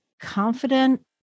confident